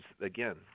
again